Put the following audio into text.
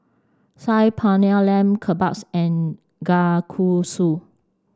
Saag Paneer Lamb Kebabs and Kalguksu